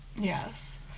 Yes